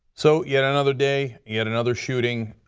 so yet another day, yet another shooting.